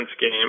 game